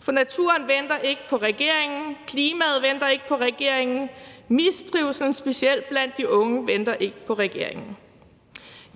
For naturen venter ikke på regeringen, klimaet venter ikke på regeringen, mistrivslen blandt specielt de unge venter ikke på regeringen.